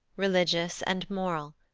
religious and moral.